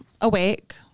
awake